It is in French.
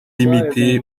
limité